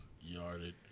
yarded